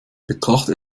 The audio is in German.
betrachte